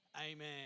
Amen